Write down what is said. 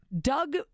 Doug